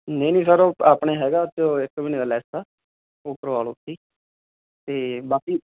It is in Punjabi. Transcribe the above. ਨਈਂ ਨਈਂ ਸਰ ਉਹ ਆਪਣੇ ਹੈਗਾ ਤੇ ਇੱਕ ਮਹੀਨੇ ਦਾ ਲੈੱਸ ਉਹ ਕਰਵਾ ਲੋ ਤੁਸੀਂ ਤੇ ਬਾਕੀ